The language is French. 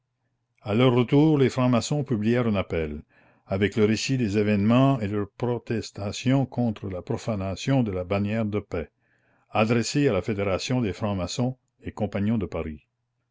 leur retour les francs-maçons publièrent un appel avec le récit des événements et leur protestation contre la profanation de la bannière de paix adressé à la fédération des francsmaçons et compagnons de paris